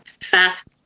Fast